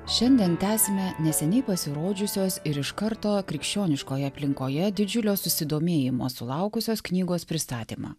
šiandien tęsime neseniai pasirodžiusios ir iš karto krikščioniškoje aplinkoje didžiulio susidomėjimo sulaukusios knygos pristatymą